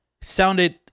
sounded